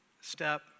step